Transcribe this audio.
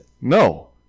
No